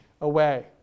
away